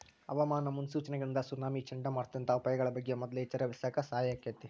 ಹವಾಮಾನ ಮುನ್ಸೂಚನೆಗಳಿಂದ ಸುನಾಮಿ, ಚಂಡಮಾರುತದಂತ ಅಪಾಯಗಳ ಬಗ್ಗೆ ಮೊದ್ಲ ಎಚ್ಚರವಹಿಸಾಕ ಸಹಾಯ ಆಕ್ಕೆತಿ